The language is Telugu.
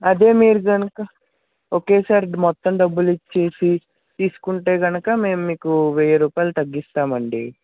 అదే మీరు కనుక ఒకేసారికి మొత్తం డబ్బులిచ్చేసి తీసుకుంటే కనుక మేము మీకు వెయ్య రూపాయలు తగ్గిస్తామండి